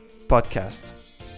Podcast